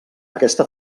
aquesta